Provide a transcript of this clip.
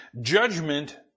Judgment